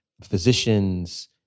physicians